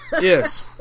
Yes